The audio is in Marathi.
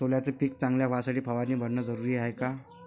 सोल्याचं पिक चांगलं व्हासाठी फवारणी भरनं जरुरी हाये का?